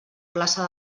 plaça